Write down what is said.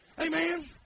Amen